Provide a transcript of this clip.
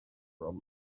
from